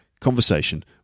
conversation